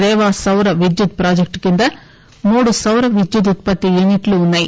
రేవా సౌర విద్యుత్ ప్రాజెక్టు కింద మూడు సౌర విద్యుత్ ఉత్పత్తి యూనిట్లు ఉన్నాయి